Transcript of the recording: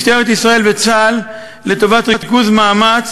משטרת ישראל וצה"ל לטובת ריכוז מאמץ